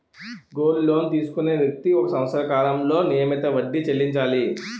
gold loan తీసుకునే వ్యక్తి ఒక సంవత్సర కాలంలో నియమిత వడ్డీ చెల్లించాలి